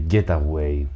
Getaway